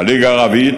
הליגה הערבית,